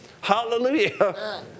hallelujah